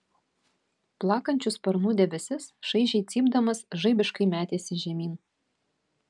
plakančių sparnų debesis šaižiai cypdamas žaibiškai metėsi žemyn